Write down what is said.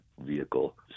vehicle